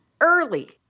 early